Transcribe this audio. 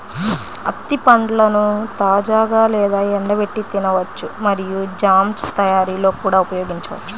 అత్తి పండ్లను తాజాగా లేదా ఎండబెట్టి తినవచ్చు మరియు జామ్ తయారీలో కూడా ఉపయోగించవచ్చు